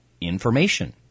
information